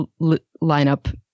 lineup